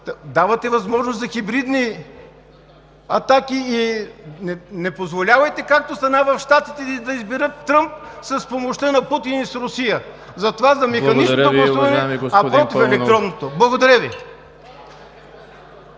давате възможност за хибридни атаки. Не позволявайте, както стана в Щатите – да изберат Тръмп с помощта на Путин и Русия. Затова: за механичното гласуване, а против електронното. Благодаря Ви.